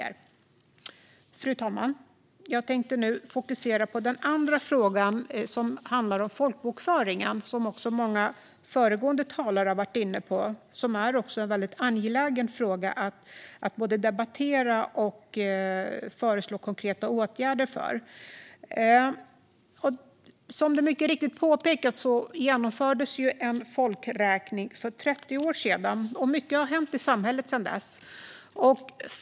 Fru talman! Jag tänkte nu fokusera på den andra frågan, nämligen folkbokföringen, som många föregående talare har varit inne på. Det är också en väldigt angelägen fråga att både debattera och föreslå konkreta åtgärder i samband med. Som det mycket riktigt påpekats genomfördes en folkräkning för 30 år sedan, och mycket har hänt i samhället sedan dess.